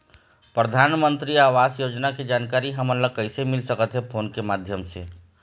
परधानमंतरी आवास योजना के जानकारी हमन ला कइसे मिल सकत हे, फोन के माध्यम से?